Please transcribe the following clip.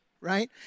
right